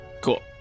Cool